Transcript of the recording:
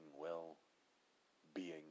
well-being